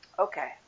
okay